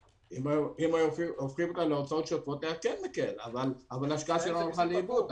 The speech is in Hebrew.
כן, זה היה מקל, אבל ההשקעה שלנו הלכה לאיבוד.